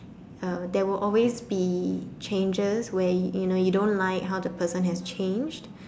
uh there will always be changes where you know you don't like how the person has changed